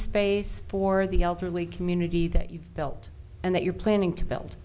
space for the elderly community that you've built and that you're planning to build